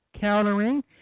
countering